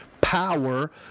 Power